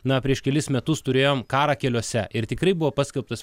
na prieš kelis metus turėjom karą keliuose ir tikrai buvo paskelbtas